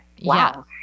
Wow